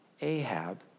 Ahab